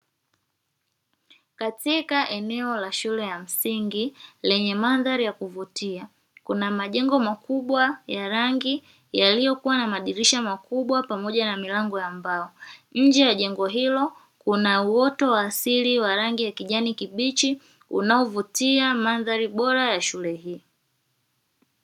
Katika eneo la shule ya msingi lenye mandhari ya kuvutia kuna majengo makubwa ya rangi yaliyokuwa na madirisha makubwa pamoja na milango ya mbao. Njee ya jengo hilo kuna uoto wa asili wa rangi ya kijani kibichi unaovutia mandhari bora ya shule hii.